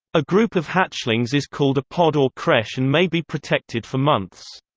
a group of hatchlings is called a pod or creche and may be protected for months.